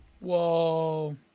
Whoa